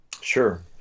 Sure